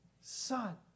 son